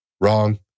Wrong